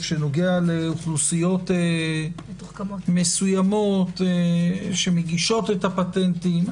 שנוגע לאוכלוסיות מסוימות שמגישות את הפטנטים.